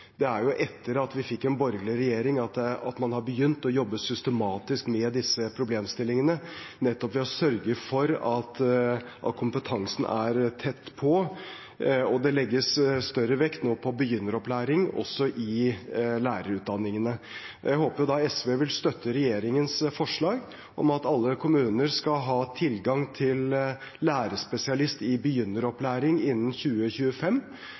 Det er jo etter at vi fikk en borgerlig regjering at man har begynt å jobbe systematisk med disse problemstillingene, nettopp ved å sørge for at kompetansen er tett på. Det legges nå større vekt på begynneropplæring også i lærerutdanningene. Jeg håper SV vil støtte regjeringens forslag om at alle kommuner skal ha tilgang til lærerspesialist i begynneropplæring innen 2025